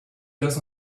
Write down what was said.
does